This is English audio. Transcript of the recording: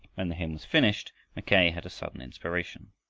when the hymn was finished, mackay had a sudden inspiration.